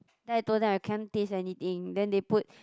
then I told them I can't taste anything then they put